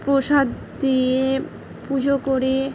প্রসাদ দিয়ে পুজো করে